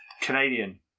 Canadian